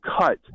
cut